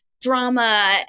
drama